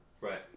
right